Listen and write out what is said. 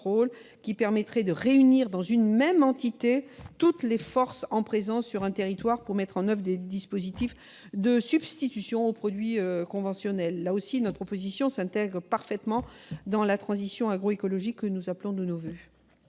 du biocontrôle afin de réunir dans une même entité toutes les forces en présence sur un territoire pour mettre en oeuvre des dispositifs de substitution aux produits conventionnels. Là aussi, cette position s'intègre parfaitement dans la transition agroécologique que nous appelons de nos voeux.